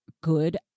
good